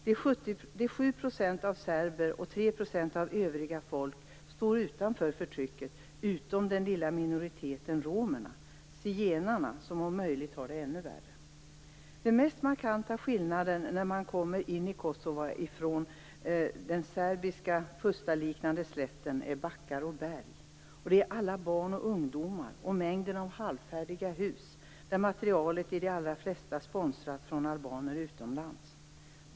Det är 7 % av serberna och 3 % av övriga folk som står utanför förtrycket, förutom den lilla minoriteten romerna - zigenarna - som om möjligt har det ännu värre. Den mest markanta skillnaden man märker när man kommer in i Kosova från den serbiska pustaliknande slätten är backarna och bergen, alla barn och ungdomar och mängden av halvfärdiga hus. Materialet i de allra flesta har sponsrats av albaner utomlands.